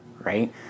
Right